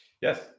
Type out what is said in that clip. Yes